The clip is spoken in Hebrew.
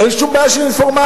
אין שום בעיה של אינפורמציה.